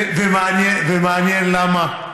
ומעניין למה.